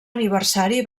aniversari